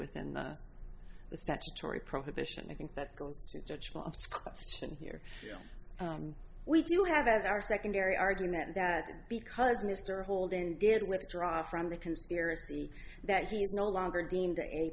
within the statutory prohibition i think that goes to church last question here we do have as our secondary argument that because mr holden did withdraw from the conspiracy that he's no longer deemed a